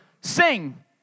sing